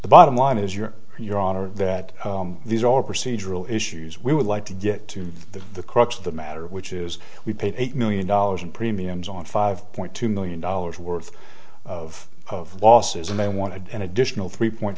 the bottom line is your and your honor that these are all procedural issues we would like to get to the crux of the matter which is we paid eight million dollars in premiums on five point two million dollars worth of losses and they wanted an additional three point